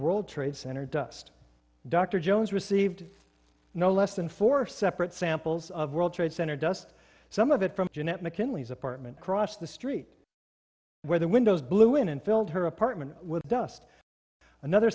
world trade center dust dr jones received no less than four separate samples of world trade center dust some of it from jeanette mckinley's apartment across the street where the windows blew in and filled her apartment with dust another